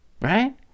right